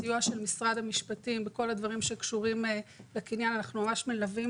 סיוע של משרד המשפטים בכל הדברים שקשורים לקניין אנחנו ממש מלווים